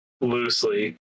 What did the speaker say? loosely